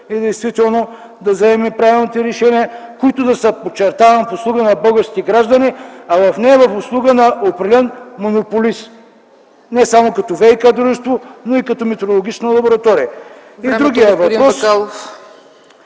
и да вземем правилните решения, които да са, подчертавам, в услуга на българските граждани, а не в услуга на определен монополист. Не само като ВиК дружество, но и като метрологична лаборатория.